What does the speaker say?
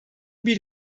bir